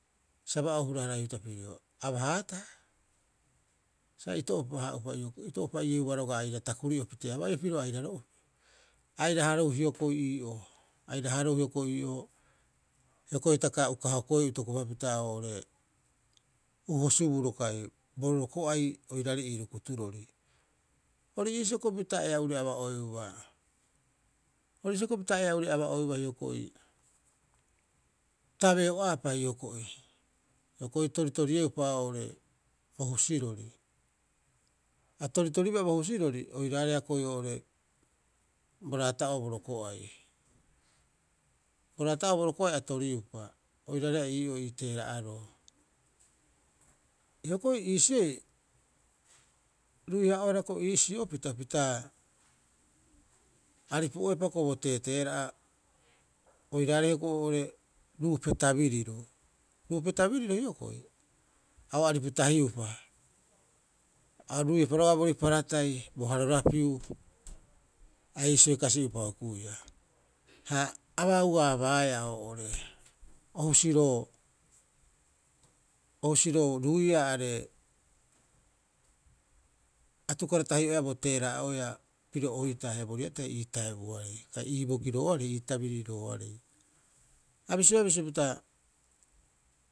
Sa ba'oohura- haraiu hita pirio, aba- haataha, sa ito'opahaa itopa'ieuba aira takiri'o pitee aba'ie piro airaro'opi. A aira harou hioko'i ii'oo, a aira harou hioko'i ii'oo, hioko'i hitaka uka hokoeu itokopapita oo'ore uho suburo kai bo roko'ai oiraarei ii rukuturori. Ori iisio hioko'i pita ea'ure aba'oeuba hioko'i tabeo'aapa hioko'i. Hioko'i toritorieupa oo'ore bo husirori. A toritoriba bo husirori oiraareha hioko'i oo'ore bo raata'oo bo roko'ai. Bo raata'oo boroko'ai a toriupa oiraareha ii'oo ii teera'aroo. Hioko'i iisioi ruiha'oehara iisiopita pita aripu'oepa hioko'i bo teeteera'a oiraarei hioko'i oo'ore ruupe tabiriro. Ruupe tabiriro hioko'i a o aripu tahiupa, a ruiepa roga'a boorii paratatai bo harorapiu a iisioi kasi'upa hukuia, ha abauaabaaea oo'ore o husiro o husiroo ruiaa are, atukara tahi'oea bo teera'oea piro oitaa haia bo riatai ii taebuoarei ii bogirooarei ii tabirirooarei. A bisioea bisio pita.